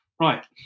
right